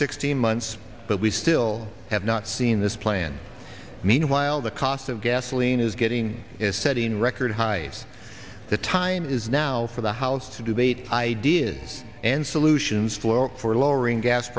sixteen months but we still have not seen this plan meanwhile the cost of gasoline is getting is setting record highs the time is now for the house to debate ideas and solutions for lowering gas